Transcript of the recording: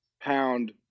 pound